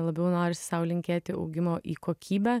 labiau norisi sau linkėti augimo į kokybę